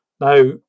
now